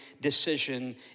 decision